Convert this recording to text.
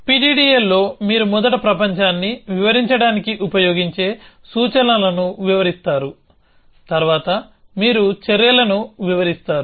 PDDLలో మీరు మొదట ప్రపంచాన్ని వివరించడానికి ఉపయోగించే సూచనలను వివరిస్తారుతర్వాత మీరు చర్యలను వివరిస్తారు